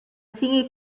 cinc